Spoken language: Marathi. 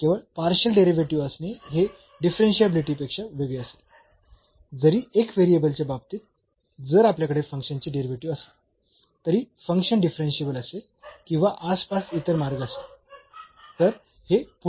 केवळ पार्शियल डेरिव्हेटिव्ह असणे हे डिफरन्शियाबिलिटी पेक्षा वेगळे असेल जरी एक व्हेरिएबल च्या बाबतीत जर आपल्याकडे फंक्शनचे डेरिव्हेटिव्ह असले तरी फंक्शन डिफरन्शियेबल असेल किंवा आसपास इतर मार्ग असेल